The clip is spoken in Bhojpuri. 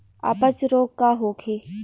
अपच रोग का होखे?